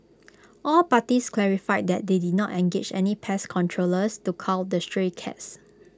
all parties clarified that they did not engage any pest controllers to cull the stray cats